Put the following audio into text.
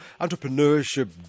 entrepreneurship